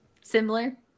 Similar